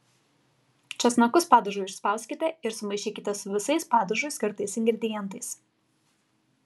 česnakus padažui išspauskite ir sumaišykite su visais padažui skirtais ingredientais